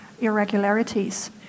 irregularities